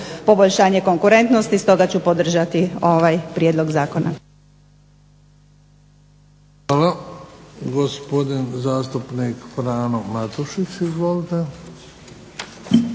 poboljšanje konkurentnosti, stoga ću podržati ovaj prijedlog zakona. **Bebić, Luka (HDZ)** Hvala. Gospodin zastupnik Frano Matušić. Izvolite.